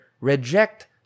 reject